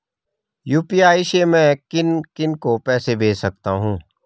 UPI से मैं किन किन को पैसे भेज सकता हूँ?